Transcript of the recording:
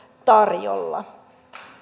tarjolla